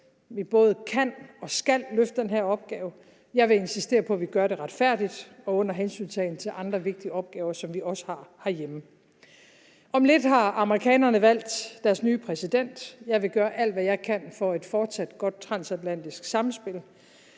Vi både kan og skal løfte den her opgave. Jeg vil insistere på, at vi gør det retfærdigt og under hensyntagen til andre vigtige opgaver, som vi også har herhjemme. Om lidt har amerikanerne valgt deres nye præsident. Jeg vil gøre alt, hvad jeg kan, for et fortsat godt transatlantisk samspil,